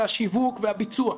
השיווק והביצוע,